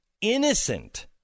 innocent